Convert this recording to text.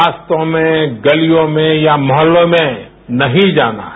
रास्तों में गलियों में या मोहल्लों में नहीं जाना हैं